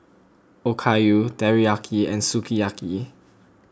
Okayu Teriyaki and Sukiyaki